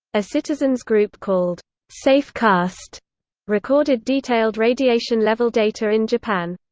a citizen's group called safecast recorded detailed radiation level data in japan.